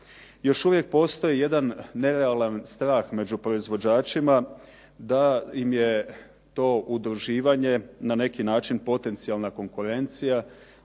Još uvijek postoji jedan nerealan strah među proizvođačima da im je to udruživanje na neki način potencijalna konkurencija